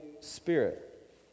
Spirit